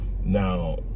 Now